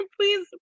please